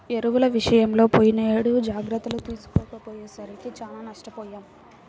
ఎరువుల విషయంలో పోయినేడు జాగర్తలు తీసుకోకపోయేసరికి చానా నష్టపొయ్యాం